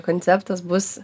konceptas bus